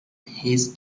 his